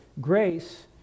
grace